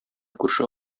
күрше